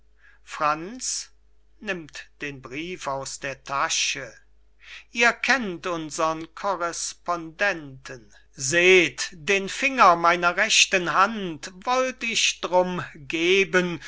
tasche ihr kennt unsern korrespondenten seht den finger meiner rechten hand wollt ich drum geben